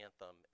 anthem